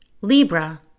Libra